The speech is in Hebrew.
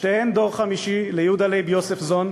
שתיהן דור חמישי ליהודה לייב יוספזון,